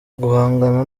guhangana